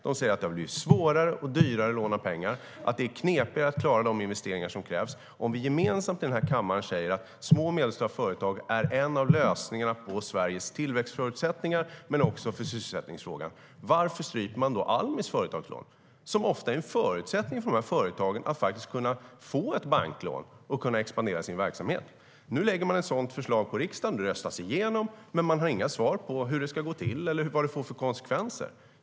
De säger att det har blivit svårare och dyrare att låna pengar och att det är knepigare att klara de investeringar som krävs. Nu lägger man fram ett sådant förslag i riksdagen. Det röstas igenom, men man har inga svar på frågan om hur det ska gå till eller vad det får för konsekvenser.